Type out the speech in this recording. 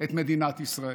את מדינת ישראל,